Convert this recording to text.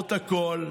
אומרות הכול.